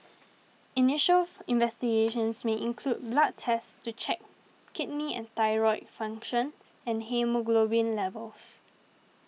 initials investigations may include blood tests to check kidney and thyroid function and haemoglobin levels